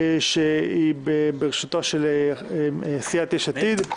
שהיא בראשותה של סיעת יש עתיד.